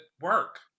work